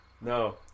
No